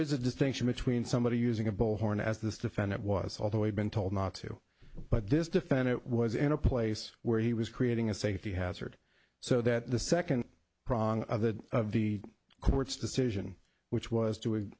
is a distinction between somebody using a bullhorn as this defendant was although i've been told not to but this defendant was in a place where he was creating a safety hazard so that the second prong of the of the court's decision which was